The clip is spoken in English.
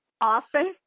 office